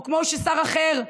או כמו ששר אחר,